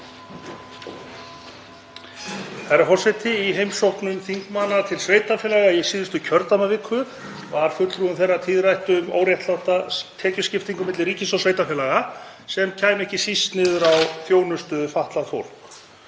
forseti. Í heimsóknum þingmanna til sveitarfélaga í síðustu kjördæmaviku var fulltrúum þeirra tíðrætt um óréttláta tekjuskiptingu milli ríkis og sveitarfélaga sem kæmi ekki síst niður á þjónustu við fatlað fólk.